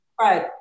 Right